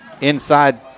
inside –